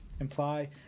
imply